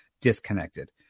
disconnected